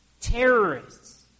terrorists